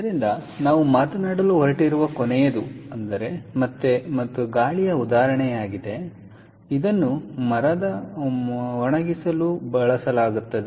ಆದ್ದರಿಂದ ನಾವು ಮಾತನಾಡಲು ಹೊರಟಿರುವ ಕೊನೆಯದು ಮತ್ತು ಗಾಳಿಯ ಉದಾಹರಣೆಯಾಗಿದೆ ಮತ್ತು ಮರವನ್ನು ಒಣಗಿಸಲು ಬಳಸಲಾಗುತ್ತದೆ